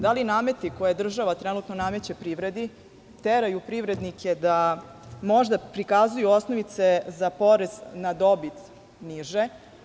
Da li nameti koje država trenutno nameće privredi teraju privrednike da možda prikazuju osnovice za porez na dobit niže?